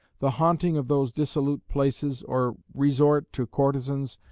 the haunting of those dissolute places, or resort to courtesans,